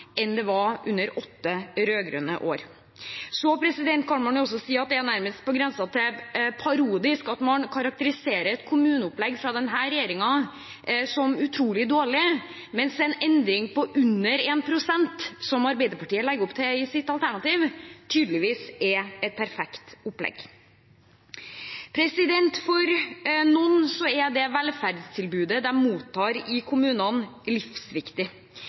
enn den var under åtte rød-grønne år. Så kan man også si at det nærmest er på grensen til parodisk at man karakteriserer et kommuneopplegg fra denne regjeringen som utrolig dårlig, mens en endring på under 1 pst., som Arbeiderpartiet legger opp til i sitt alternativ, tydeligvis er et perfekt opplegg. For noen er det velferdstilbudet de mottar i kommunene, livsviktig.